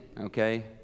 okay